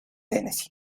tennessee